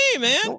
man